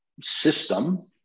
System